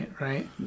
right